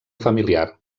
familiar